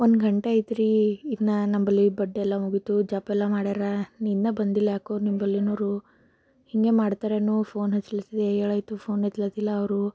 ಒಂದು ಗಂಟೆ ಆಯಿತು ರಿ ಇನ್ನು ನಂಬಳಿ ಬಡ್ಡೆಯೆಲ್ಲ ಮುಗಿತು ಜಪ್ಯೆಲ್ಲ ಮಾಡ್ಯಾರ ಇನ್ನೂ ಬಂದಿಲ್ಲ ಯಾಕೋ ನಿಂಬಳಿಯೋರು ಹಿಂಗೆ ಮಾಡ್ತಾರೆನು ಫೋನ್ ಹಚ್ಚುತ್ತಿದ್ದೆ ಹೇಳಾಯ್ತು ಫೋನ್ ಎತ್ತುತ್ತಿಲ್ಲ ಅವರು